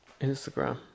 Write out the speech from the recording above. Instagram